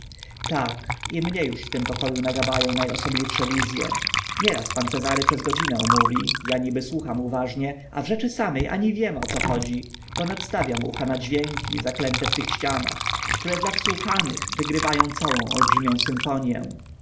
tak i mnie uż w tym poko u nagabu ą na osobliwsze wiz e nieraz pan cezary przez godzinę mówi a niby słucham uważnie a w rzeczy same ani wiem o co chodzi bo nadstawiam ucha na dźwięki zaklęte w tych ścianach które dla wsłuchanych wygrywa ą całą olbrzymią symfonię